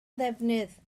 ddefnydd